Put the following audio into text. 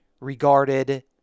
regarded